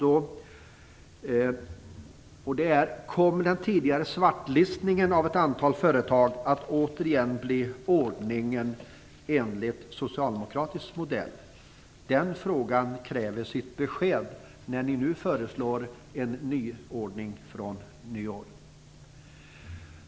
Kommer den tidigare svartlistningen av ett antal företag att återigen bli ordningen, enligt socialdemokratisk modell? Den frågan kräver sitt besked eftersom ni nu föreslår en nyordning från nyår.